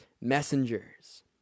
messengers